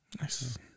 Nice